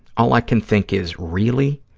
all i can think is, really?